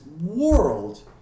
world